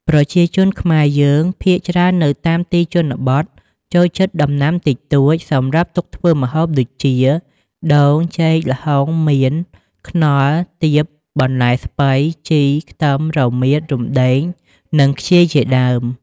ប្រជាជនខ្មែរយើង ភាគច្រើននៅតាមទីជនបទចូលចិត្តដំណាំតិចតូច សម្រាប់ទុកធ្វើម្ហូបដូចជា ដូង ចេក ល្ហុង មៀន ខ្នុរ ទៀប បន្លែស្ពៃ ជី ខ្ទឹម រមៀត រំដេង និងខ្ជាយ ជាដើម។